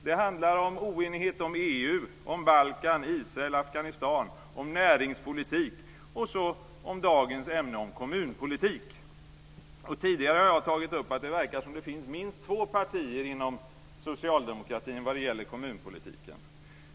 Det är oenighet om EU, Balkan, Israel, Tidigare har jag tagit upp att det verkar som att det finns minst två partier inom socialdemokratin vad gäller kommunpolitiken.